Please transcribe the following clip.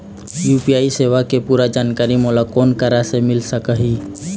UPI सेवा के पूरा जानकारी मोला कोन करा से मिल सकही?